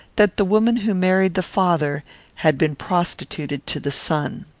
that the woman who married the father had been prostituted to the son.